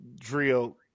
drill